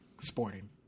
Sporting